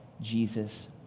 Jesus